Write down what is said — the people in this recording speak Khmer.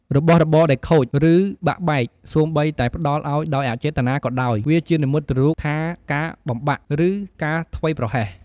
របស់របរដែលខូច ឬបាក់បែក សូម្បីតែផ្តល់ឱ្យដោយអចេតនាក៏ដោយ វាជានិមិត្តរូបថាការបំបាក់ ឬការធ្វេសប្រហែស។